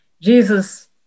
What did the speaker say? Jesus